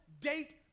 date